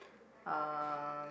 uh